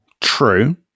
true